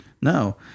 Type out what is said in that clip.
no